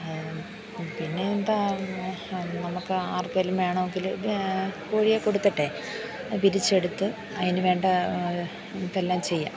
പിന്നെ എന്താണ് നമുക്ക് ആർക്കെങ്കിലും വേണമങ്കിൽ ഇത് കോഴിയെ കൊടുത്തിട്ട് വിരിയിച്ചെടുത്ത് അതിന് വേണ്ട ഇതെല്ലാം ചെയ്യാം